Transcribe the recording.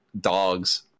dogs